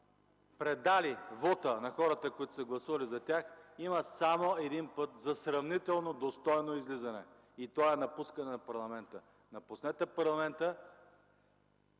предали вота на хората, които са гласували за тях, има само един път за сравнително достойно излизане, и то е напускане на парламента. Напуснете парламента,